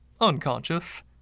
Unconscious